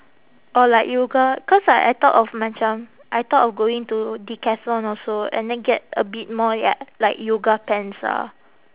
or like yoga cause like I thought of macam I thought of going to Decathlon also and then get a bit more ya like yoga pants lah